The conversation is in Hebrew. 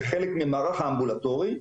כחלק מהמערך האמבולטורי,